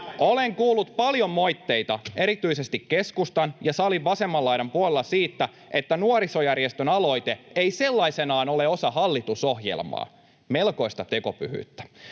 Olen kuullut paljon moitteita erityisesti keskustan ja salin vasemman laidan puolelta siitä, että nuorisojärjestön aloite ei sellaisenaan ole osa hallitusohjelmaa. Melkoista tekopyhyyttä.